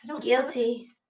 guilty